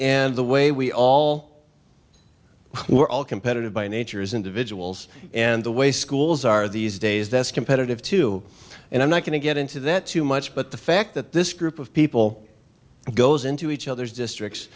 and the way we all we're all competitive by nature is individuals and the way schools are these days that's competitive too and i'm not going to get into that too much but the fact that this group of people goes into each other's districts